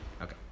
Okay